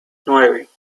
nueve